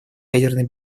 ядерной